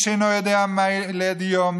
איש אינו יודע מה ילד יום,